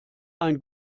ein